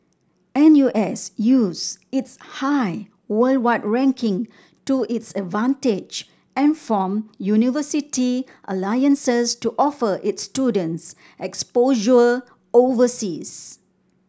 N U S used its high worldwide ranking to its advantage and formed university alliances to offer its students exposure overseas